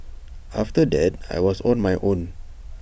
after that I was on my own